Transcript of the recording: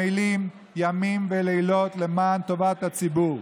שעמלים ימים ולילות למען טובת הציבור,